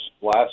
last